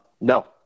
No